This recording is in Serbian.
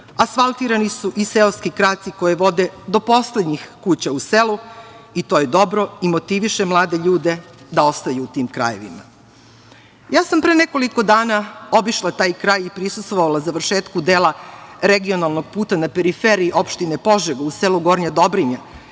asfaltirani su i seoski kraci koji vode do poslednjih kuća u selu i to je dobro i motiviše mlade ljude da ostanu u tim krajevima. Ja sam pre nekoliko dana obišla taj kraj i prisustvovala završetku dela regionalnog puta na periferiji opštini Požega, u selu Gornja Dobrinja,